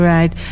Right